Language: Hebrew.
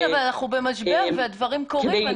אנחנו במשבר והדברים קורים.